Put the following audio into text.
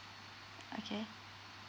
okay